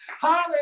hallelujah